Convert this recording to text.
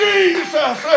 Jesus